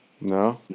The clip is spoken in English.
No